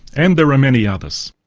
and there are many others.